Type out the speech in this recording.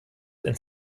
ins